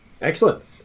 Excellent